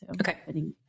Okay